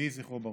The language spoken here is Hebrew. יהי זכרו ברוך.